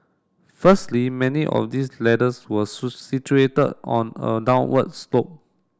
firstly many of these ladders were situated on a downwards slope